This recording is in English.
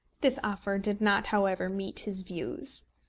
this offer did not however meet his views.